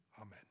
Amen